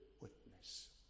witness